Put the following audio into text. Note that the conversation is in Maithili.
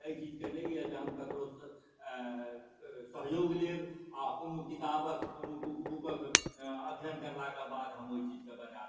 एहि चीजके नहि अइ जे हम ककरोसँ सहयोग लेब आओर कोनो किताबके कोनो कुक बुकके अध्ययन करलाके बाद हम एहि चीजके बनाएब